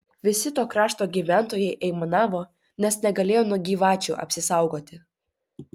visi to krašto gyventojai aimanavo nes negalėjo nuo gyvačių apsisaugoti